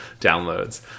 downloads